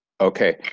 Okay